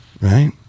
Right